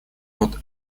вот